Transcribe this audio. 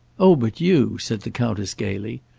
oh but you, said the countess gaily,